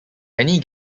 many